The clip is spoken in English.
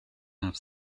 have